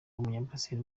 w’umunyabrazil